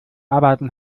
arbeiten